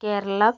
Keralam